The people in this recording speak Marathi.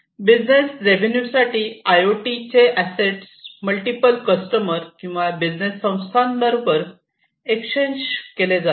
बिझनेस रेव्ह्यून्यू साठी I O T asset multiple customer किंवा बिझनेस संस्थांसोबत एक्सचेंज केले जातात